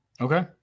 Okay